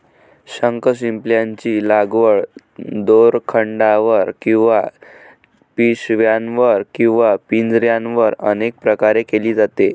शंखशिंपल्यांची लागवड दोरखंडावर किंवा पिशव्यांवर किंवा पिंजऱ्यांवर अनेक प्रकारे केली जाते